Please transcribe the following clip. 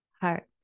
Heart